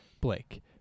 Blake